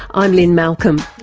i'm lynne malcolm.